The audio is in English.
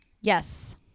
Yes